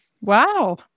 Wow